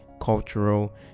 cultural